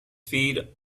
feed